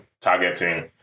targeting